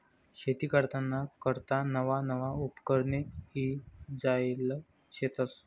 शेती कराना करता नवा नवा उपकरणे ईजायेल शेतस